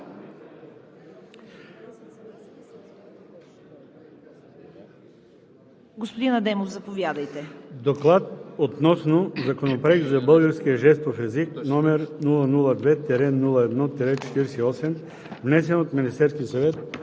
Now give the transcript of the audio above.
Господин Адемов, заповядайте.